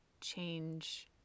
change